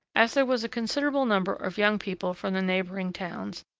as there was a considerable number of young people from the neighboring towns,